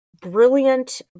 brilliant